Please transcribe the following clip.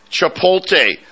Chipotle